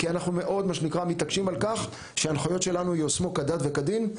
כי אנחנו מאוד מתעקשים על כך שההנחיות שלנו ייושמו כדת וכדין.